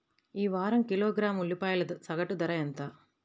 ఈ వారం కిలోగ్రాము ఉల్లిపాయల సగటు ధర ఎంత?